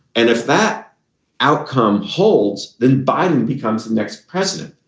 and if that outcome holds, then biden becomes the next president.